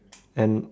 and